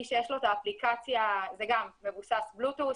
מי שיש לו את האפליקציה זה גם מבוסס Bluetooth.